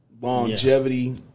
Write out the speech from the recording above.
longevity